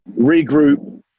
Regroup